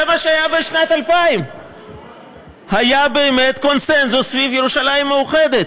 זה מה שהיה בשנת 2000. באמת היה קונסנזוס סביב ירושלים מאוחדת,